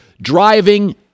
driving